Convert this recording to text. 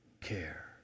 care